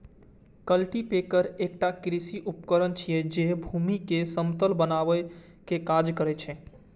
cultipacker एकटा कृषि उपकरण छियै, जे भूमि कें समतल बनबै के काज करै छै